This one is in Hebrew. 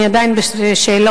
אני עדיין בשאלות,